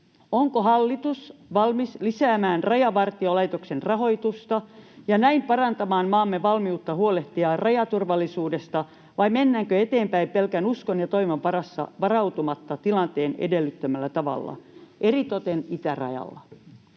onko hallitus valmis lisäämään Rajavartiolaitoksen rahoitusta ja näin parantamaan maamme valmiutta huolehtia rajaturvallisuudesta, vai mennäänkö eteenpäin pelkän uskon ja toivon varassa, varautumatta tilanteen edellyttämällä tavalla, eritoten itärajalla?